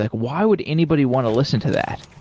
like why would anybody want to listen to that?